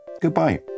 goodbye